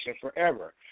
forever